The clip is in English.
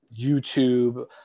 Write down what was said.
YouTube